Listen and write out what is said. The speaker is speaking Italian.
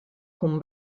con